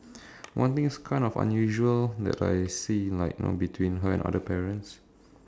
one thing kind of unusual that I see in like you know between her and other parents